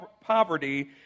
poverty